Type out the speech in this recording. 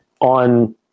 on